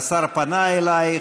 שהשר פנה אלייך,